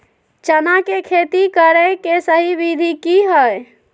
चना के खेती करे के सही विधि की हय?